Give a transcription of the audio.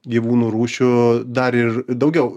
gyvūnų rūšių dar ir daugiau